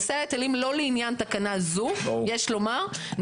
נושא ההיטלים לא לעניין תקנה זו, יש לומר.